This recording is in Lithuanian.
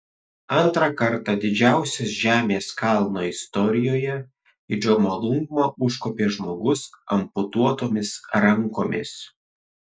antrą kartą didžiausios žemės kalno istorijoje į džomolungmą užkopė žmogus amputuotomis rankomis